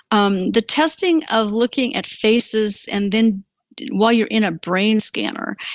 um the testing of looking at faces, and then while you're in a brain scanner.